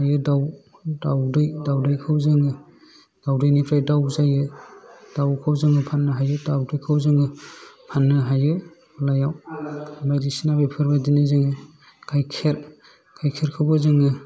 हायो दाव दावदै दावदैखौ जोङो दावदैनिफ्राय दाव जायो दावखौ जोङो फान्नो हायो दावदैखौ जोङो फान्नो हायो गलायाव बायदिसिना बेफोर बायदिनो जोङो गायखेर गायखेरखौबो जोङो